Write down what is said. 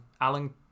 Alan